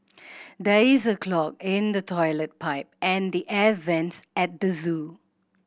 there is a clog in the toilet pipe and the air vents at the zoo